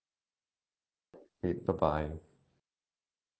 okay bye bye